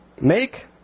Make